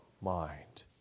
mind